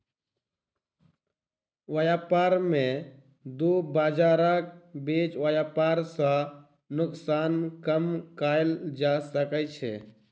व्यापार में दू बजारक बीच व्यापार सॅ नोकसान कम कएल जा सकै छै